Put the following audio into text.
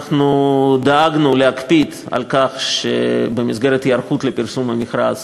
אנחנו דאגנו להקפיד על כך שבמסגרת ההיערכות לפרסום המכרז